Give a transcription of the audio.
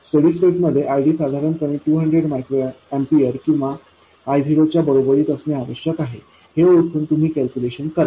steady state मध्ये ID साधारणपणे 200 μA किंवा I0 च्या बरोबरीत असणे आवश्यक आहे हे ओळखून तुम्ही कॅल्क्युलेशन करा